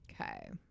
Okay